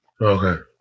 Okay